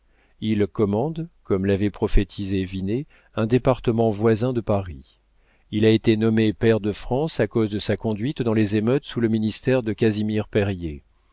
il commande comme l'avait prophétisé vinet un département voisin de paris il a été nommé pair de france à cause de sa conduite dans les émeutes sous le ministère de casimir périer